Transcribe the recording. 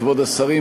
כבוד השרים,